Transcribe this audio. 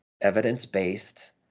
evidence-based